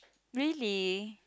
really